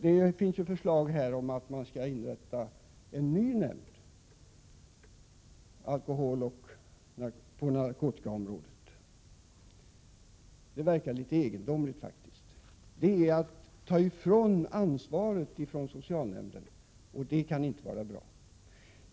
Det finns förslag om att inrätta en ny nämnd på alkoholoch narkotikaområdet. Det verkar något egendomligt. Det är att ta ansvaret ifrån socialnämnderna, och det kan inte vara bra.